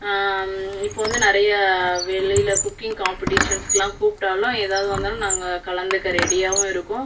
இப்போது வந்து நிறையா வெளியில் குக்கிங் காம்பிடிஷன்ஸ்கெலாம் கூப்பிட்டாலும் ஏதாவது வந்தாலும் நாங்கள் கலந்துக்க ரெடியாகவும் இருக்கோம்